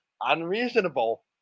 unreasonable